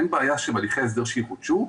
אין בעיה שהליכי ההסדר יחודשו,